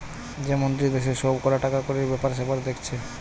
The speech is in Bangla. যে মন্ত্রী দেশের সব কটা টাকাকড়ির বেপার সেপার দেখছে